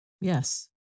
Yes